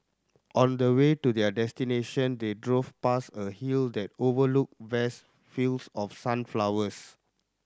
on the way to their destination they drove past a hill that overlooked vast fields of sunflowers